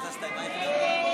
רגע,